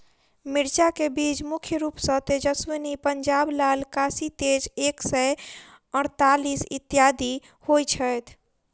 मिर्चा केँ बीज मुख्य रूप सँ तेजस्वनी, पंजाब लाल, काशी तेज एक सै अड़तालीस, इत्यादि होए छैथ?